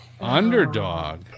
Underdog